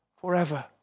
forever